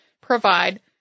provide